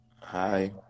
Hi